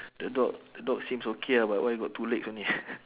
the dog the dog seems okay ah but why got two legs only